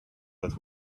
that